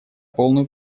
полную